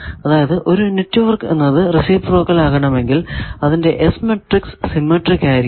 അതായത് ഒരു നെറ്റ്വർക്ക് എന്നത് റെസിപ്രോക്കൽ ആകണമെങ്കിൽ അതിന്റെ S മാട്രിക്സ് സിമെട്രിക് ആയിരിക്കണം